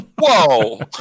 Whoa